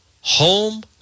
home